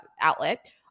outlet